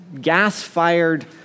gas-fired